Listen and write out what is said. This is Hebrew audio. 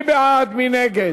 מי בעד, מי נגד?